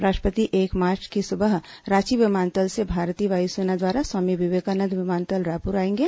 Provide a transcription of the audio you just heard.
राष्ट्रपति एक मार्च को सुबह रांची विमानतल से भारतीय वायुसेना द्वारा स्वामी विवेकानंद विमानतल रायपुर आएंगे